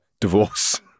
divorce